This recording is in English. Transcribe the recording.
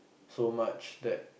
so much that